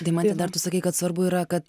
deimante dar tu sakei kad svarbu yra kad